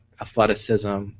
athleticism